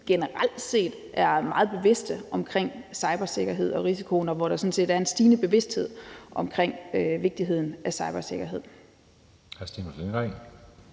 generelt set meget bevidste om cybersikkerheden og -risikoen, og der er sådan set en stigende bevidsthed om vigtigheden af cybersikkerhed.